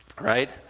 Right